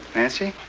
nancy?